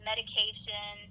Medication